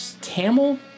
Tamil